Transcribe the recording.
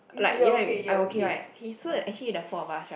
like you know what I mean I'm okay right okay so actually the four of us right